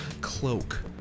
cloak